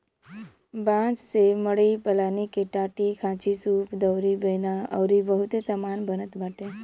बांस से मड़ई पलानी के टाटीखांचीसूप दउरी बेना अउरी बहुते सामान बनत बाटे